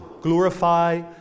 Glorify